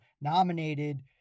nominated